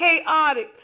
chaotic